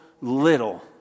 little